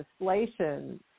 legislation